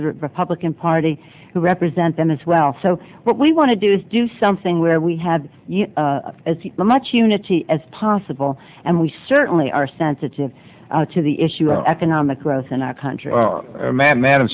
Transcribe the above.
the republican party who represent them as well so what we want to do is do something where we have as much unity as possible and we certainly are sensitive to the issue of economic growth in our country ma